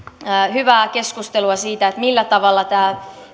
hyvää keskustelua siitä millä tavalla